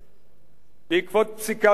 בעקבות פסיקה זו של בג"ץ